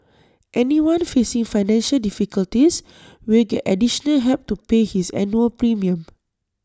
anyone facing financial difficulties will get additional help to pay his annual premium